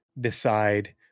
decide